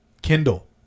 kindle